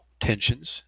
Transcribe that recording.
tensions